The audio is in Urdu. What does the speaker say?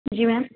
جی میم